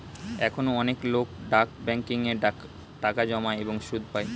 এখনো অনেক লোক ডাক ব্যাংকিং এ টাকা জমায় এবং সুদ পায়